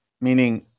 meaning